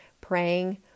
praying